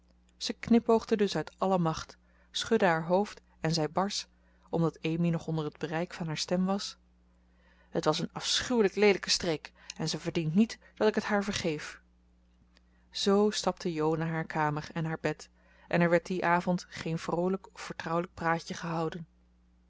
dus uit alle macht schudde haar hoofd en zei barsch omdat amy nog onder het bereik van haar stem was het was een afschuwelijk leelijke streek en ze verdient niet dat ik het haar vergeef zoo stapte jo naar haar kamer en naar bed en er werd dien avond geen vroolijk of vertrouwelijk praatje gehouden